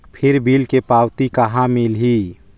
फिर बिल के पावती कहा मिलही?